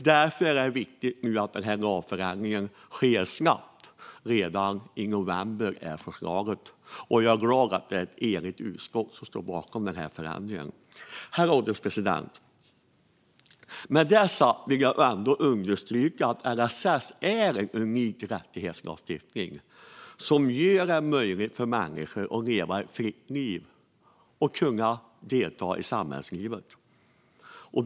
Därför är det viktigt att den här lagändringen snabbt träder i kraft - redan i november är förslaget. Jag är glad att det är ett enigt utskott som står bakom denna förändring. Herr ålderspresident! Med detta sagt vill jag ändå understryka att LSS är en unik rättighetslagstiftning som gör det möjligt för människor att leva ett fritt liv och att kunna delta i samhällslivet.